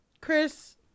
Chris